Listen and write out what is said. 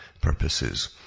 purposes